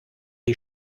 die